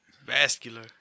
vascular